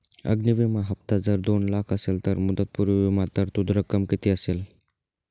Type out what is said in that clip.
अग्नि विमा हफ्ता जर दोन लाख असेल तर मुदतपूर्व विमा तरतूद रक्कम किती असेल?